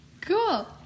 Cool